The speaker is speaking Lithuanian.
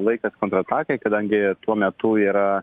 laikas kontratakai kadangi tuo metu yra